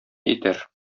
итәр